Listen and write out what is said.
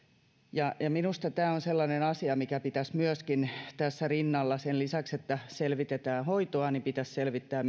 minusta tämä on sellainen asia mikä pitäisi myöskin tässä rinnalla selvittää eli sen lisäksi että selvitetään hoitoa pitäisi selvittää